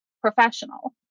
professional